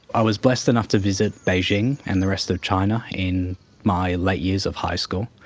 i was blessed enough to visit beijing and the rest of china in my late years of high school.